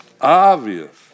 Obvious